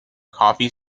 coffee